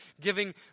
giving